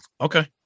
Okay